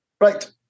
Right